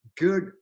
good